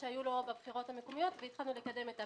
שהיו לו בבחירות המקומיות ואנחנו התחלנו לקדם את הפנייה.